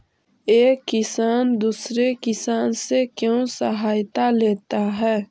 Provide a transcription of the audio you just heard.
एक किसान दूसरे किसान से क्यों सहायता लेता है?